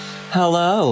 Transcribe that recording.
Hello